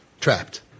trapped